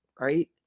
right